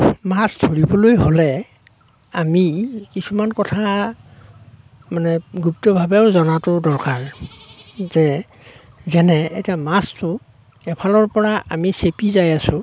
মাছ ধৰিবলৈ হ'লে আমি কিছুমান কথা মানে গুপ্তভাৱেও জনাতো দৰকাৰ যে যেনে এতিয়া মাছটো এফালৰ পৰা আমি চেপি যায় আছো